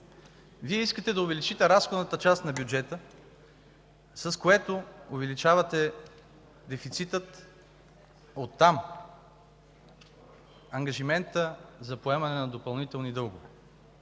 Вие искате да увеличите разходната част на бюджета, с което увеличавате дефицита, оттам ангажимента за поемане на допълнителни дългове.”